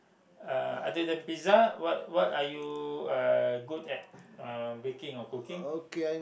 uh other than pizza what what are you uh good at uh baking or cooking